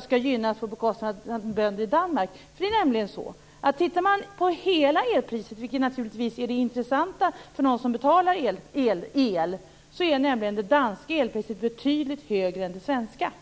skall gynnas på bekostnad av bönderna i Danmark. Det är nämligen så att om man tittar på hela elpriset, vilket naturligtvis är det intressanta för dem som betalar el, är det danska elpriset betydligt högre än det svenska.